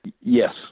Yes